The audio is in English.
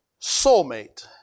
soulmate